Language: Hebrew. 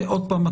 עוד פעם,